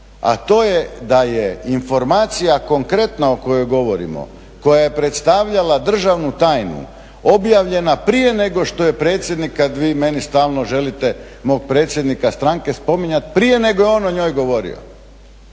a to je da je informacija konkretna o kojoj govorimo, koja je predstavljala državnu tajnu objavljena prije nego što je predsjednik kad vi meni stalno želite mog predsjednika stranke spominjati, prije nego je on o njoj govorio,